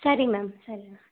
சரி மேம் சரி மேம்